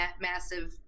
massive